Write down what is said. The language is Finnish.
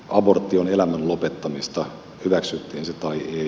abortti on elämän lopettamista hyväksyttiin se tai ei